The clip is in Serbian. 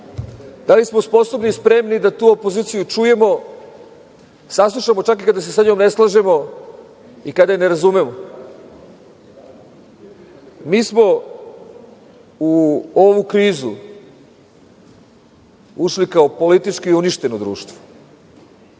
da li smo sposobni i spremni da tu opoziciju čujemo, saslušamo čak i kada se sa njom ne slažemo i kada je ne razumemo? Mi smo u ovu krizu ušli kao politički uništeno društvo.O